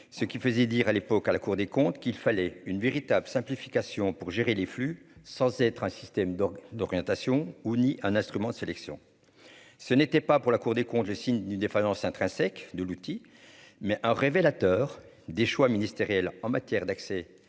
ce qui faisait dire à l'époque à la Cour des comptes qu'il fallait une véritable simplification pour gérer les flux, sans être un système d'orientation ou ni un instrument de sélection, ce n'était pas pour la Cour des comptes, le signe d'une défaillance intrinsèque de l'outil, mais un révélateur des choix ministériels en matière d'accès